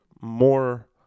more